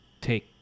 take